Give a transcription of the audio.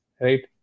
right